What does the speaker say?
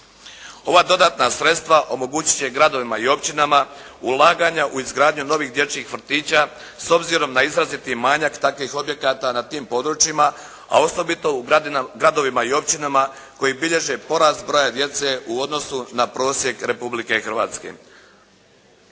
Ova dodatna sredstva omogućit će gradovima i općinama ulaganja u izgradnju novih dječjih vrtića s obzirom na izraziti manjak takvih objekata na tim područjima, a osobito u gradovima i općinama koje bilježe porast broja djece u odnosu na prosjek Republike Hrvatske.